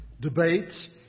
debates